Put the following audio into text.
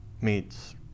Meets